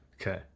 Okay